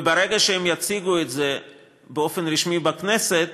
וברגע שהם יציגו את זה באופן רשמי בכנסת